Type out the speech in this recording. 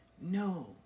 No